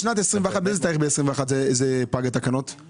בשנת 2021, באיזה תאריך פג תוקף התקנות בשנת 2021?